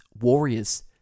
warriors